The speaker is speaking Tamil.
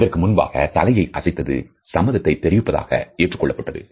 இதற்கு முன்பாக தலையை அசைத்தது சம்மதத்தை தெரிவிப்பதாக ஏற்றுக்கொள்ளப்பட்டது